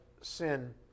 Sin